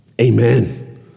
amen